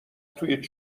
توی